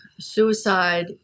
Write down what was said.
Suicide